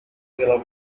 pela